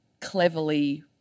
cleverly